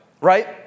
right